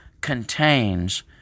contains